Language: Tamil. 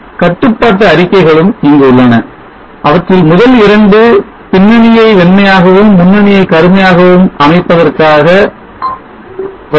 கட்டுப்பாடு அறிக்கைகளும் இங்கு உள்ளன அவற்றில் முதல் இரண்டு பின்னணியை வெண்மையாகவும் முன்னணியை கருமையாகவும் அமைப்பதற்கான வை